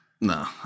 No